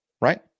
right